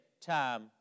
time